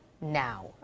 now